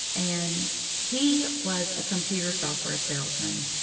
and he was a computer software salesman.